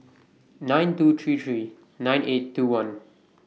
nine two three three nine eight two one